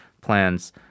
plans